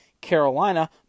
Carolina